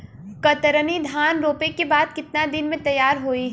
कतरनी धान रोपे के बाद कितना दिन में तैयार होई?